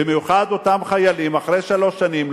במיוחד אותם חיילים אחרי שלוש שנים,